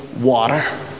Water